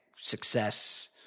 success